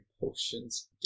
potions